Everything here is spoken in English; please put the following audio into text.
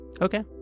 Okay